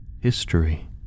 history